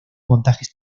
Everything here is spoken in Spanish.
montajes